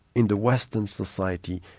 in the western society,